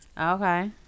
Okay